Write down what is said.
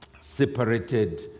separated